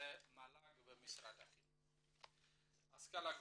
המל"ג ומשרד החינוך, השכלה גבוהה.